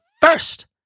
first